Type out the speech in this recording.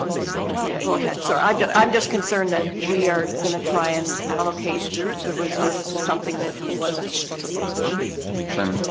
so, yeah, go ahead sorry um i'm just concerned that we are gonna try and allocate the reserves to something that wasn't supposed to be sure